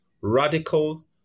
radical